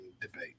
debate